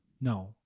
No